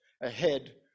ahead